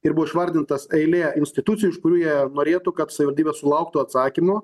ir buvo išvardintas eilė institucijų iš kurių jie norėtų kad savivaldybė sulauktų atsakymo